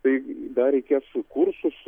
tai dar reikės su kursus